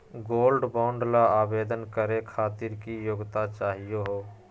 Gold bond ल आवेदन करे खातीर की योग्यता चाहियो हो?